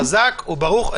חזק וברוך.